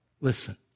Listen